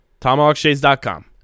TomahawkShades.com